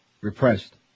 Repressed